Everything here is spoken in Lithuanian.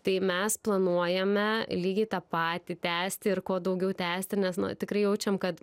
tai mes planuojame lygiai tą patį tęsti ir kuo daugiau tęsti nes nu tikrai jaučiam kad